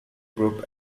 group